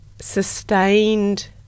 sustained